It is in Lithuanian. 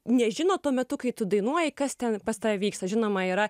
nežino tuo metu kai tu dainuoji kas ten pas tave vyksta žinoma yra